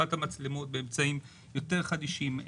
החלפת המצלמות באמצעים יותר חדישים.